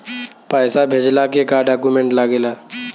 पैसा भेजला के का डॉक्यूमेंट लागेला?